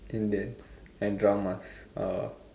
Indians and dramas are